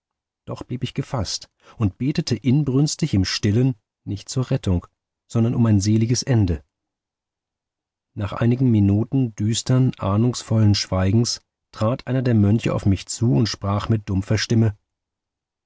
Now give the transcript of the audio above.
doch blieb ich gefaßt und betete inbrünstig im stillen nicht nur rettung sondern um ein seliges ende nach einigen minuten düstern ahnungsvollen schweigens trat einer der mönche auf mich zu und sprach mit dumpfer stimme